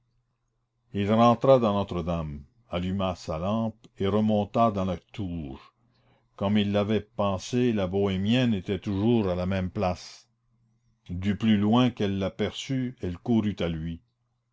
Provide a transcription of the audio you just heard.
il rentra dans notre-dame alluma sa lampe et remonta dans la tour comme il l'avait pensé la bohémienne était toujours à la même place du plus loin qu'elle l'aperçut elle courut à lui